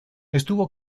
estuvo